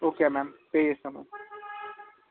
okay ma'am pay చేస్తాము